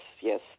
yes